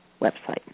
website